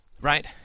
right